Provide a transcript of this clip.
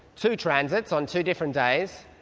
two transits on two different days.